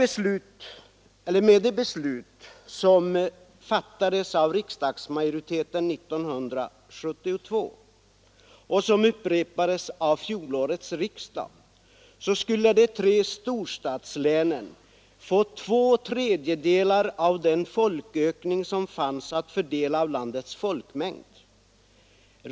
Enligt det beslut som fattades av riksdagsmajoriteten 1972 och som upprepades vid fjolårets riksdag skulle de tre storstadslänen få två tredjedelar av den folkökning som fanns att fördela inom landets folkmängd.